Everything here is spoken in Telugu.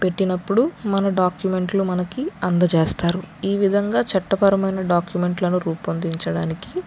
పెట్టినప్పుడు మన డాక్యుమెంట్లు మనకి అందజేస్తారు ఈ విధంగా చట్టపరమైన డాక్యుమెంట్లను రూపొందించడానికి